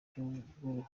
bw’uruhu